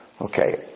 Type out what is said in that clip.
Okay